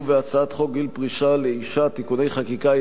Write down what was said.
בהצעת חוק גיל פרישה לאשה (תיקוני חקיקה),